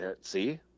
see